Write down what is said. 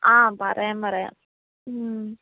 ആ പറയാം പറയാം ഉം